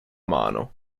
mano